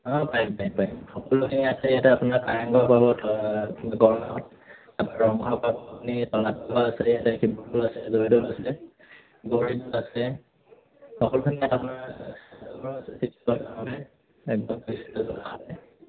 অ পাৰিম পাৰিম পাৰিম সকলোখিনি আছে ইয়াতে আপোনাৰ কাৰেংঘৰ গড়গাঁৱত ৰংঘৰ পাব আপুনি তলাতল ঘৰ আছে শিৱদৌল আছে জয়দৌল আছে